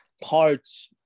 parts